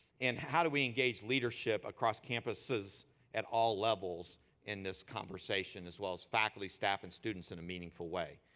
and how do we engage leadership across campuses at all levels in this conversation as well as faculty, staff, and students in a meaningful way.